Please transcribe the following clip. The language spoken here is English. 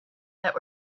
that